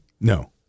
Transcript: no